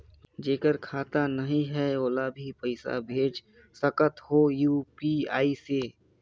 जेकर खाता नहीं है ओला भी पइसा भेज सकत हो यू.पी.आई से?